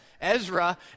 Ezra